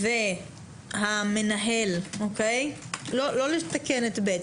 שמנהל לא נתקן את ב.